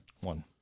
one